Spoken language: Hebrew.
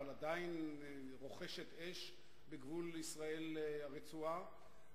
אבל עדיין רוחשת אש בגבול ישראל הרצועה,